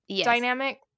dynamic